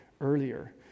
earlier